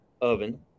oven